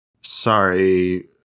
sorry